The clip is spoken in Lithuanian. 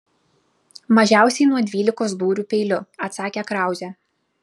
mažiausiai nuo dvylikos dūrių peiliu atsakė krauzė